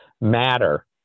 MATTER